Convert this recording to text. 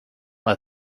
let